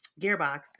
Gearbox